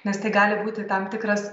nes tai gali būti tam tikras